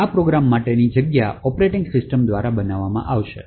આ પ્રોગ્રામ માટેની જગ્યા ઑપરેટિંગ સિસ્ટમ દ્વારા બનાવવામાં આવે છે